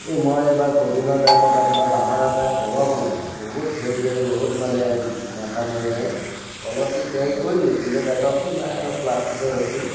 এই মই এবাৰ ক'ভিডৰ টাইমত আপোনাৰ বাঁহৰ এটা প'ল' বনালোঁ বহুত ধৰ্যৰে বহুত মানে মাথা মাৰি মাৰি প'ল'টি তৈয়াৰি কৰিলোঁ কিন্তু বেতৰ সূত নাই আৰু প্লাষ্টিকৰ ৰছীৰে